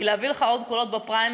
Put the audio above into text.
היא להביא לך עוד קולות בפריימריז,